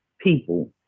people